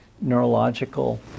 neurological